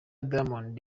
diamond